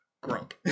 Grump